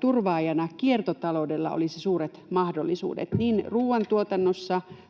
turvaajana kiertotaloudella olisi suuret mahdollisuudet ruuantuotannossa,